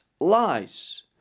lies